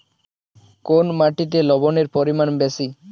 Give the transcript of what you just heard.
কোন মাটিতে লবণের পরিমাণ বেশি?